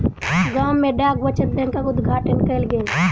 गाम में डाक बचत बैंकक उद्घाटन कयल गेल